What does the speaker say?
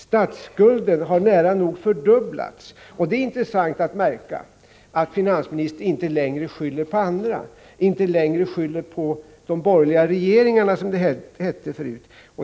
Statsskulden har nära nog fördubblats, och det är intressant att märka att finansministern inte längre skyller på andra, dvs. på de borgerliga regeringarna, som det hette förut.